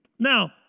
Now